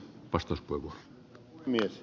arvoisa puhemies